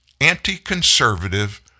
anti-conservative